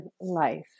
life